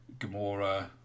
Gamora